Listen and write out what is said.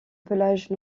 pelage